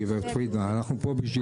גברת פרידמן, אנחנו פה בשביל זה.